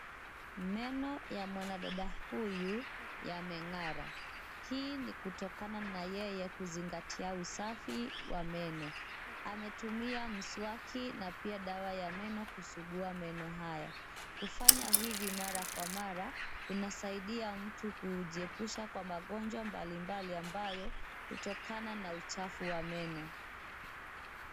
Meno ya mwanadada huyu yameng'ara, hii ni kutokana na yeye kuzingatia usafi wa meno. Ametumia mswaki na pia dawa ya meno kusugua meno haya. Kufanya hivi mara kwa mara kunasaidia mtu kujiepusha kwa magonjwa mbalimbali ambayo hutokana na uchafu wa meno.